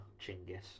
Chinggis